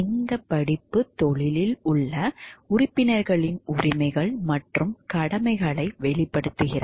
இந்தப் படிப்பு தொழிலில் உள்ள உறுப்பினர்களின் உரிமைகள் மற்றும் கடமைகளை வெளிப்படுத்துகிறது